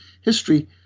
history